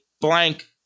blank